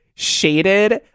shaded